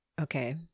Okay